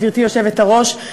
גברתי היושבת-ראש,